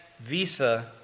visa